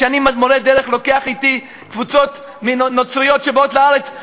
כשאני מורה דרך ולוקח אתי קבוצות נוצריות שבאות לארץ,